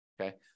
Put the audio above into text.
okay